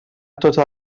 tota